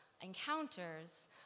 encounters